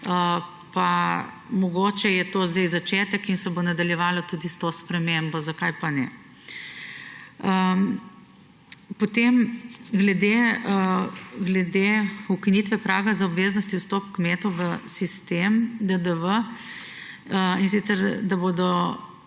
Pa mogoče je to zdaj začetek in se bo nadaljevalo tudi s to spremembo. Zakaj pa ne? Potem glede ukinitve praga za obveznosti vstop kmetov v sistem DDV. Da bodo